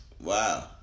Wow